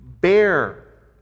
Bear